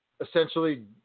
Essentially